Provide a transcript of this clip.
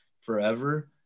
forever